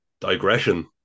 digression